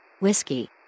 Whiskey